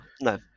no